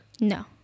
No